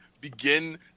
begin